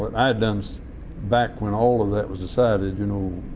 but i had done so back when all of that was decided, you know,